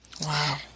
Wow